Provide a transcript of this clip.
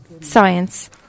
science